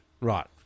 Right